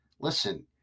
Listen